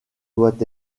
doit